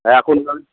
অ্যা এখন নয়